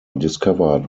discovered